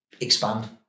expand